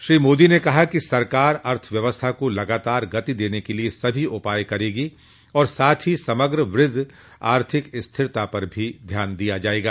श्री मोदी ने कहा कि सरकार अर्थव्यवस्था को लगातार गति देने के लिए सभी उपाय करेगी और साथ ही समग्र वहत आर्थिक स्थिरता पर भी ध्यान दिया जायेगा